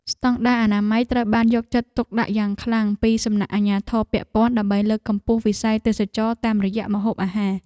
ស្តង់ដារអនាម័យត្រូវបានយកចិត្តទុកដាក់យ៉ាងខ្លាំងពីសំណាក់អាជ្ញាធរពាក់ព័ន្ធ ដើម្បីលើកកម្ពស់វិស័យទេសចរណ៍តាមរយៈម្ហូបអាហារ។